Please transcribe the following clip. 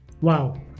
Wow